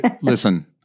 Listen